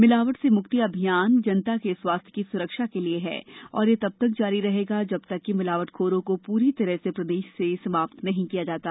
मिलावट से मुक्ति अभियान जनता के स्वास्थ्य की सुरक्षा के लिये है और यह तब तक जारी रहेगा जब तक कि मिलावटखोरों को पूरी तरह से प्रदेश से समाप्त नहीं कर दिया जाता